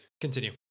Continue